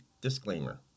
disclaimer